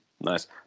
Nice